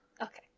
Okay